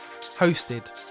hosted